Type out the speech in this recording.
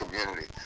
community